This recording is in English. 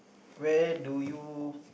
where do you